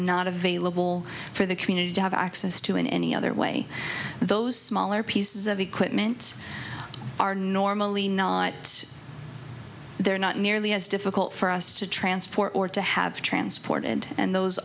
not available for the community to have access to in any other way those smaller pieces of equipment are normally not there not nearly as difficult for us to transport or to have transported and those